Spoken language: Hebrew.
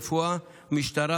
רפואה ומשטרה,